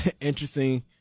interesting